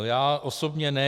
Já osobně ne.